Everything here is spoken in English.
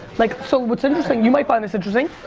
like so what's interesting. you might find this interesting.